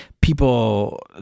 people